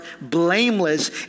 blameless